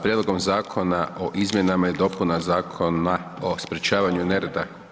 Prijedlogom zakona o izmjenama i dopunama Zakona o sprječavanju nereda…